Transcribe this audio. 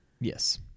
Yes